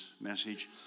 message